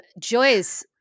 Joyce